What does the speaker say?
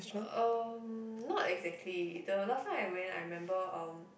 um not exactly the last time I went I remember um